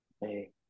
hey